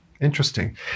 Interesting